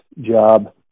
job